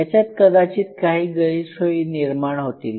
याच्यात कदाचित काही गैरसोयी निर्माण होतील